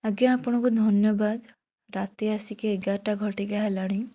ଆଜ୍ଞା ଆପଣଙ୍କୁ ଧନ୍ୟବାଦ ରାତି ଆସିକି ଏଗାରଟା ଘଟିକା ହେଲାଣି